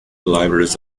libraries